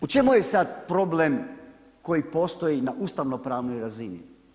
U čemu je sad problem koji postoji na ustavno-pravnoj razini?